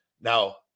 Now